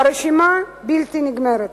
הרשימה בלתי נגמרת.